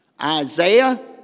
Isaiah